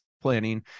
planning